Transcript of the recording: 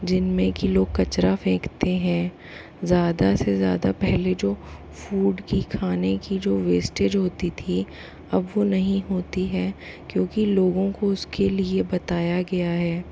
जिनमें कि लोग कचरा फेंकते हैं ज़्यादा से ज़्यादा पहले जो फ़ूड की खाने की जो वेस्टेज होती थी अब वह नहीं होती है क्योंकि लोगों को उसके लिए बताया गया है